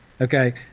Okay